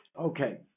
Okay